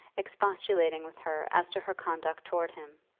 expostulating with her as to her conduct towards him,